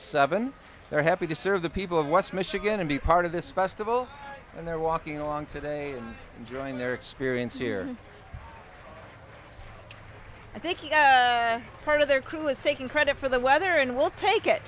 seven we're happy to serve the people of west michigan to be part of this festival and they're walking along today and enjoying their experience here i think part of their crew is taking credit for the weather and we'll take it